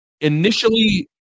initially